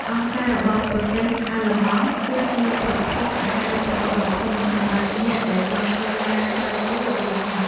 អង្គការរបស់ប្រទេសអាល្លឺម៉ង់គឺជាប្រភពអាហារូបករណ៍ដ៏ធំសម្រាប់អ្នកដែលចង់ធ្វើការស្រាវជ្រាវវិទ្យាសាស្ត្រ។